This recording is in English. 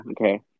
okay